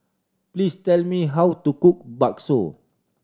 please tell me how to cook bakso